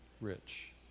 rich